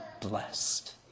blessed